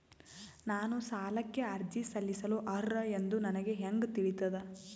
ನಾನು ಸಾಲಕ್ಕೆ ಅರ್ಜಿ ಸಲ್ಲಿಸಲು ಅರ್ಹ ಎಂದು ನನಗೆ ಹೆಂಗ್ ತಿಳಿತದ?